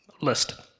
list